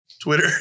Twitter